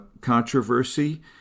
controversy